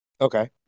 Okay